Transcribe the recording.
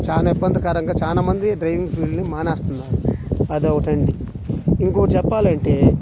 చాలా ఇబ్బందికరంగా చాలా మంది డ్రైవింగ్ ఫీల్డ్ని మానేస్తన్నారు అది ఒకటి అండి ఇంకొకటి చెప్పాలంటే